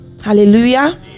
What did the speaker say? Hallelujah